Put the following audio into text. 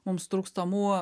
mums trūkstamų